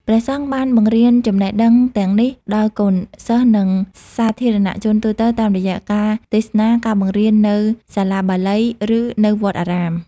ព្រះសង្ឃបានបង្រៀនចំណេះដឹងទាំងនេះដល់កូនសិស្ស និងសាធារណជនទូទៅតាមរយៈការទេសនា ការបង្រៀននៅសាលាបាលី ឬនៅវត្តអារាម។